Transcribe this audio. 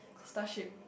Starship